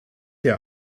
der